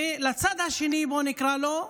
ולצד השני, נקרא לו,